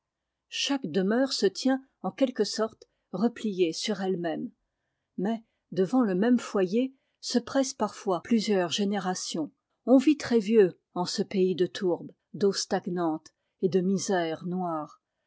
chaque demeure se tient en quelque sorte repliée sur elle-même mais devant le même foyer se pressent parfois plusieurs générations on vit très vieux en ce pays de tourbe d'eaux stagnantes et de misère noire